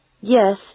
Yes